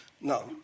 No